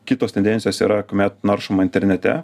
kitos tendencijos yra kuomet naršoma internete